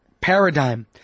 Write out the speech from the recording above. paradigm